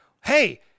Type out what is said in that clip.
hey